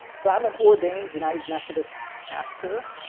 so i'm an ordained united methodist pastor